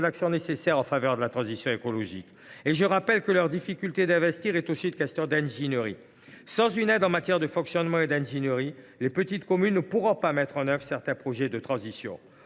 l’action nécessaire en faveur de la transition écologique. Je le rappelle, leurs difficultés à investir sont aussi une question d’ingénierie. Sans une aide en matière de fonctionnement et d’ingénierie, les petites communes ne pourront pas mettre en œuvre certains projets de transition.